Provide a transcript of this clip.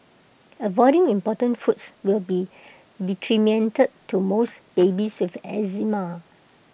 avoiding important foods will be detrimental to most babies with eczema